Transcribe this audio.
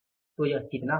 तो यह कितना होता है